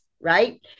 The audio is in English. Right